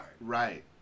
Right